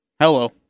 Hello